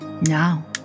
Now